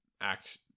act